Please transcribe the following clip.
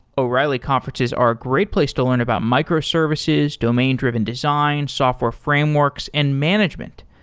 o'reilly conferences are a great place to learn about microservices, domain-driven design, software frameworks and management.